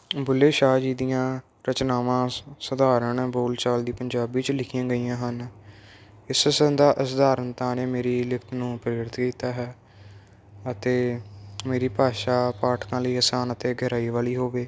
ਬੁੱਲੇ ਸ਼ਾਹ ਜੀ ਦੀਆਂ ਰਚਨਾਵਾਂ ਸਧਾਰਨ ਬੋਲ ਚਾਲ ਦੀ ਪੰਜਾਬੀ ਚ ਲਿਖੀਆਂ ਗਈਆਂ ਹਨ ਇਸ ਸੰਦਾ ਸਧਾਰਨਤਾ ਨੇ ਮੇਰੀ ਲਿਖਤ ਨੂੰ ਪ੍ਰੇਰਿਤ ਕੀਤਾ ਹੈ ਅਤੇ ਮੇਰੀ ਭਾਸ਼ਾ ਪਾਠਕਾਂ ਲਈ ਆਸਾਨ ਅਤੇ ਗਹਿਰਾਈ ਵਾਲੀ ਹੋਵੇ